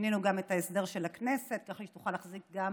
שינינו גם את ההסדר של הכנסת כך שהיא תוכל להחזיק גם